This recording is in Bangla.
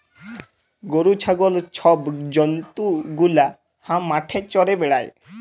গরু, ছাগল ছব জল্তু গুলা হাঁ মাঠে চ্যরে বেড়ায়